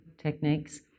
techniques